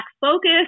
focus